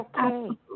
okay